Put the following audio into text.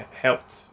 helped